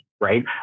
right